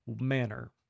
manner